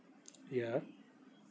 ya